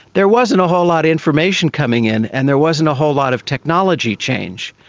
there wasn't a whole lot of information coming in, and there wasn't a whole lot of technology change.